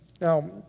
Now